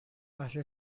اهل